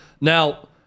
Now